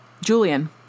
Julian